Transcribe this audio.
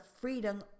freedom